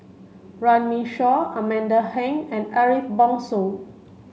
Runme Shaw Amanda Heng and Ariff Bongso